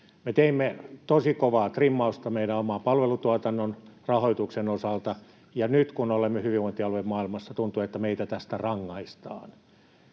teimme tosi kovaa trimmausta meidän oman palvelutuotantomme rahoituksen osalta, ja nyt kun olemme hyvinvointialuemaailmassa, tuntuu, että meitä tästä rangaistaan.